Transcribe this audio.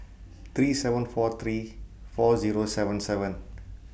three seven four three four Zero seven seven